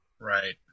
Right